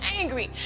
angry